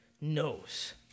knows